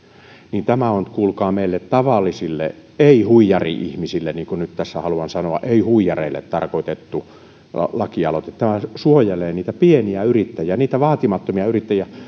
niin tämä on kuulkaa meille tavallisille ei huijari ihmisille niin kuin nyt tässä haluan sanoa ei huijareille tarkoitettu lakialoite tämä suojelee niitä pieniä yrittäjiä niitä vaatimattomia yrittäjiä